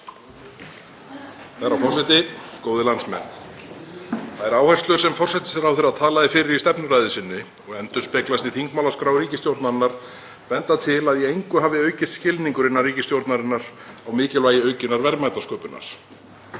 Herra forseti. Góðir landsmenn. Þær áherslur sem forsætisráðherra talaði fyrir í stefnuræðu sinni og endurspeglast í þingmálaskrá ríkisstjórnarinnar benda til að í engu hafi aukist skilningur innan ríkisstjórnarinnar á mikilvægi aukinnar verðmætasköpunar.